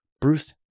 Bruce